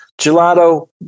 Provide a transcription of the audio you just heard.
gelato